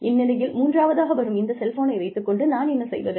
இந்நிலையில் மூன்றாவதாக வரும் செல்ஃபோனை வைத்துக் கொண்டு நான் என்ன செய்வது